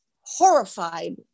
horrified